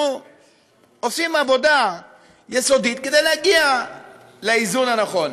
אנחנו עושים עבודה יסודית כדי להגיע לאיזון הנכון.